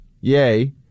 Yay